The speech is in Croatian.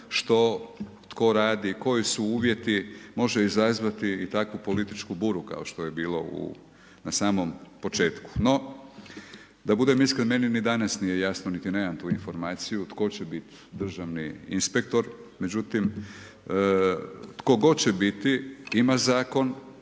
što tko radi i koji su uvjeti, može izazvati i takvu političku budu kao što je bilo na samom početku. No, da budem iskren meni ni danas nije jasno niti nemam tu informaciju tko će biti državni inspektor međutim tko god će biti ima zakon